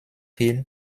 hill